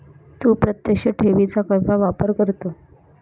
तू प्रत्यक्ष ठेवी चा वापर केव्हा करतो?